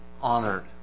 honored